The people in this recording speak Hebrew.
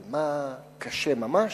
אבל מה קשה ממש?